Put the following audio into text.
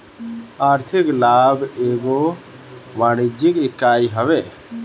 आर्थिक लाभ एगो वाणिज्यिक इकाई हवे